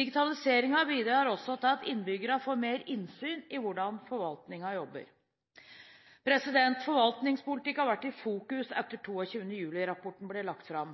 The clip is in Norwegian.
Digitaliseringen bidrar også til at innbyggere får mer innsyn i hvordan forvaltningen jobber. Forvaltningspolitikk har vært i fokus etter 22. juli-rapporten ble lagt fram.